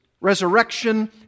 resurrection